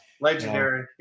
legendary